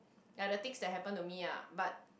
ya the things that happen to me ah but